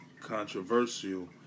controversial